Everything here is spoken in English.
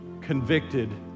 convicted